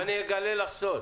בואי אני אגלה לך סוד: